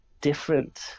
different